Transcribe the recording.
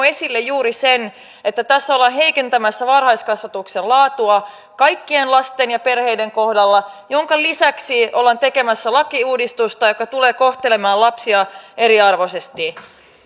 esille juuri sen että tässä ollaan heikentämässä varhaiskasvatuksen laatua kaikkien lasten ja perheiden kohdalla minkä lisäksi ollaan tekemässä lakiuudistusta joka tulee kohtelemaan lapsia eriarvoisesti